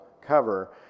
Cover